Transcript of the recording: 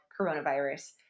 coronavirus